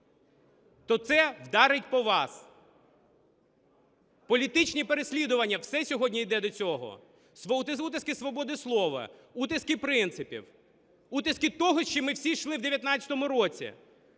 то це вдарить по вас. Політичні переслідування, все сьогодні йде до цього. Утиски свободи слова, утиски принципів, утиски того, з чим ми всі йшли в 19-му році.